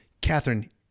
Catherine